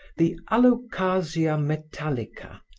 the alocasia metallica,